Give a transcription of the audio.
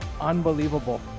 unbelievable